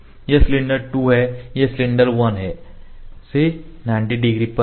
यह सिलेंडर 2 है यह सिलेंडर 1 से 90 डिग्री पर है